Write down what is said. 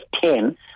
ten